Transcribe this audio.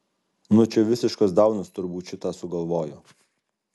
nu čia visiškas daunas turbūt šitą sugalvojo